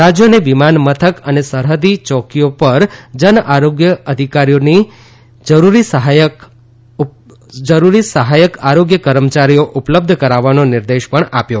રાજ્યોને વિમાન મથક અનેસરહદની ચોકીઓ પર જનઆરોગ્ય અધિકારીઓને જરૂરી સહાયક આરોગ્ય કર્મચારીઓ ઉપલબ્ધ કરાવવાનો નિર્દેશ પણ આપ્યો